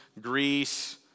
Greece